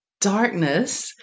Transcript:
darkness